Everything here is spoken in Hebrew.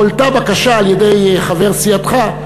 הועלתה בקשה על-ידי חבר סיעתך,